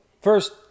First